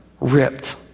ripped